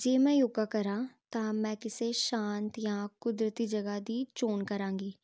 ਜੇ ਮੈਂ ਯੋਗਾ ਕਰਾਂ ਤਾਂ ਮੈਂ ਕਿਸੇ ਸ਼ਾਂਤ ਜਾਂ ਕੁਦਰਤੀ ਜਗ੍ਹਾ ਦੀ ਚੋਣ ਕਰਾਂਗੀ